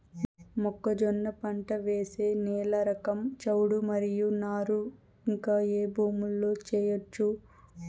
మొక్కజొన్న పంట వేసే నేల రకం చౌడు మరియు నారు ఇంకా ఏ భూముల్లో చేయొచ్చు?